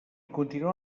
continua